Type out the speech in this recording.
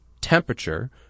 temperature